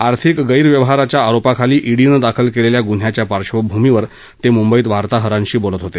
आर्थिक गस्तिवहाराच्या आरोपाखाली ईडीनं दाखल केलेल्या गुन्ह्याच्या पार्श्वभूमीवर ते मुंबईत वार्ताहरांशी बोलत होते